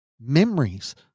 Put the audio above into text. Memories